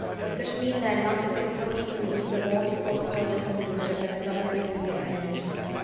was kashmir then not to fit so easily into the mold of post-colonial citizenship that the government of india had envisioned?